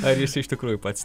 ar jis iš tikrųjų pats